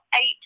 eight